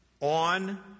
on